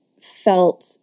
felt